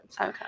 Okay